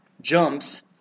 jumps